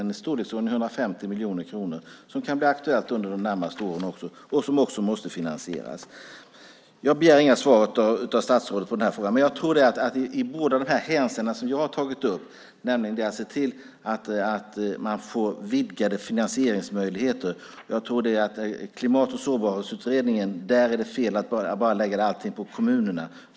Men investeringar i storleksordningen 150 miljoner kronor kan bli aktuella under de närmaste åren. Också de måste finansieras. Jag begär dock inte att få svar av statsrådet i den här frågan. Jag har tagit upp frågor i två hänseenden. Det gäller att se till det blir vidgade finansieringsmöjligheter. Jag tror att det - jag tänker då på Klimat och sårbarhetsutredningen - är fel att lägga allt på kommunerna.